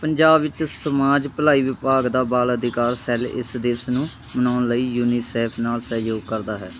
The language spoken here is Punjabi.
ਪੰਜਾਬ ਵਿੱਚ ਸਮਾਜ ਭਲਾਈ ਵਿਭਾਗ ਦਾ ਬਾਲ ਅਧਿਕਾਰ ਸੈੱਲ ਇਸ ਦਿਵਸ ਨੂੰ ਮਨਾਉਣ ਲਈ ਯੂਨੀਸੈਫ ਨਾਲ ਸਹਿਯੋਗ ਕਰਦਾ ਹੈ